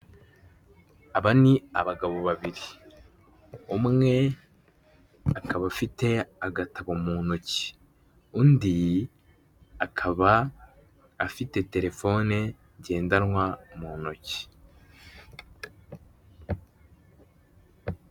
Aba ni abagabo babiri umwe akaba afite agatabo mu ntoki, undi akaba afite telefoni ngendanwa mu ntoki.